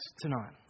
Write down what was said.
tonight